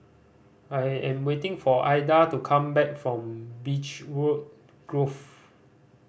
I am waiting for Aida to come back from Beechwood Grove